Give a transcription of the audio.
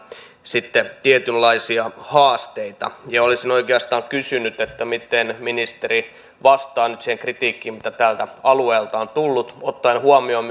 tietynlaisia haasteita olisin oikeastaan kysynyt miten ministeri vastaa nyt siihen kritiikkiin mitä tältä alueelta on tullut ottaen huomioon